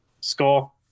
score